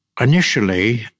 Initially